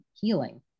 healing